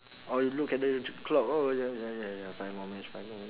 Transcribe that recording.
or you look at the c~ clock oh ya ya ya ya five more minutes five more minutes